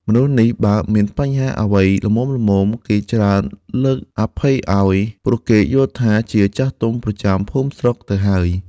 មនុស្សនេះបើមានបញ្ហាអ្វីល្មមៗ គេច្រើនលើកអភ័យឲ្យ ព្រោះគេយល់ថា ជាចាស់ទុំប្រចាំស្រុកភូមិទៅហើយ ។